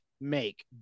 make